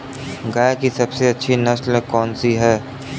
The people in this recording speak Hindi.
गाय की सबसे अच्छी नस्ल कौनसी है?